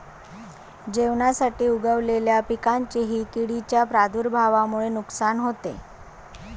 जेवणासाठी उगवलेल्या पिकांचेही किडींच्या प्रादुर्भावामुळे नुकसान होते